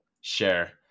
share